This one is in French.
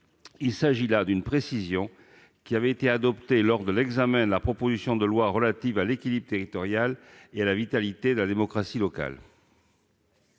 Il s'agit d'une précision qui a été adoptée lors de l'examen de la proposition de loi relative à l'équilibre territorial et à la vitalité de la démocratie locale.